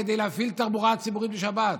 כדי להפעיל תחבורה ציבורית בשבת,